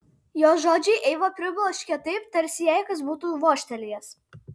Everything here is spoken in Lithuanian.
jo žodžiai eivą pribloškė taip tarsi jai kas būtų vožtelėjęs